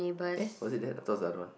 eh was it that I thought it's the other one